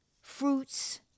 Fruits